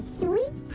sweet